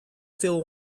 still